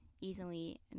easily